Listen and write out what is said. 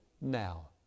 now